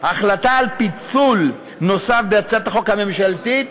החלטה על פיצול נוסף בהצעת החוק הממשלתית,